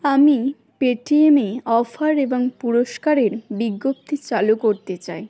আমি পেটিএম এ অফার এবং পুরস্কারের বিজ্ঞপ্তি চালু করতে চাই